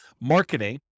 marketing